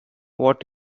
what